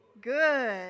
good